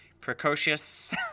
precocious